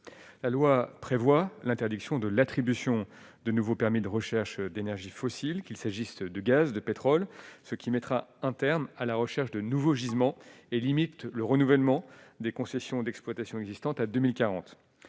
la loi prévoit l'interdiction de l'attribution de nouveaux permis de recherche d'énergies fossiles, qu'il s'agisse du gaz de pétrole, ce qui mettra un terme à la recherche de nouveaux gisements et limite le renouvellement des concessions d'exploitation existantes à 2040,